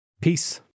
Peace